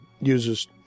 uses